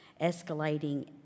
escalating